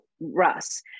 Russ